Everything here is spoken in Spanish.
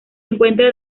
encuentra